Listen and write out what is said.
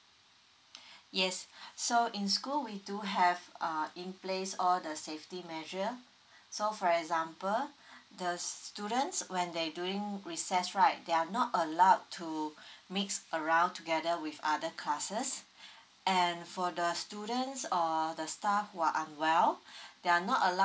yes so in school we do have uh in place all the safety measure so for example the students when they doing recess right they are not allowed to mix around together with other classes and for the students or the staff who are well they are not allowed